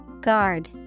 Guard